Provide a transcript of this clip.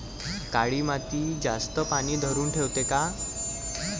काळी माती जास्त पानी धरुन ठेवते का?